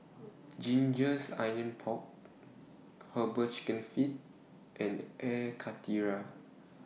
Gingers Onions Pork Herbal Chicken Feet and Air Karthira